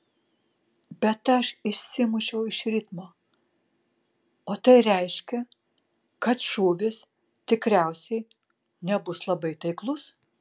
bet aš išsimušiau iš ritmo o tai reiškia kad šūvis tikriausiai nebus labai taiklus